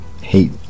hate